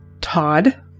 Todd